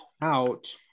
out